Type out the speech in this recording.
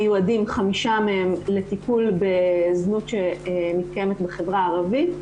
מיועדים חמישה מהם לטיפול בזנות שמתקיימת מחברה ערבית,